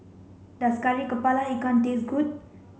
does Kari Kepala Ikan taste good